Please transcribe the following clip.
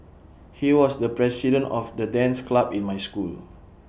he was the president of the dance club in my school